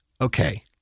okay